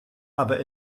aber